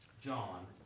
John